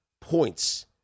points